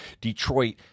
detroit